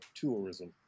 tourism